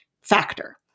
factor